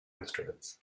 instruments